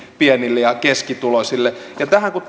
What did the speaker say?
pienille ja keskituloisille kun